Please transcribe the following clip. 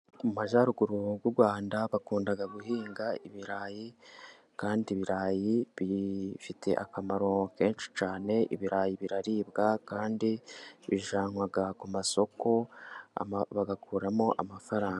Mu majyaruguru y'u Rwanda bakunda guhinga ibirayi, kandi ibirayi bifitiye akamaro kenshi cyane. Ibirayi biraribwa kandi bijyanwa ku masoko bagakuramo amafaranga.